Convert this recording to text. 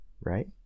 right